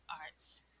Arts